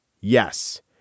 Yes